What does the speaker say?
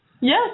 Yes